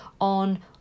on